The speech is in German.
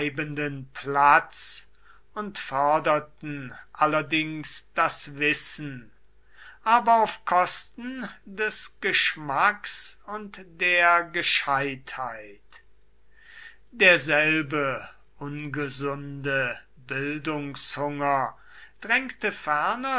platz und förderten allerdings das wissen aber auf kosten des geschmacks und der gescheitheit derselbe ungesunde bildungshunger drängte ferner